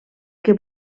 que